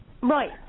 Right